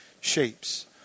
shapes